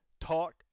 talk